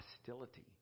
Hostility